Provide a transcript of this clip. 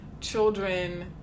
children